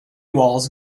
walls